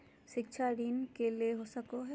शिक्षा ऋण के ले सको है?